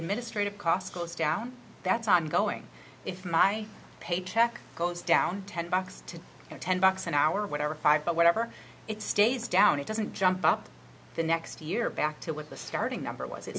administrative cost goes down that's ongoing if my paycheck goes down ten bucks to ten bucks an hour or whatever five but whatever it stays down it doesn't jump up the next year back to what the starting number was i